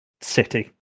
city